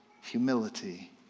humility